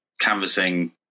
canvassing